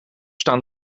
staan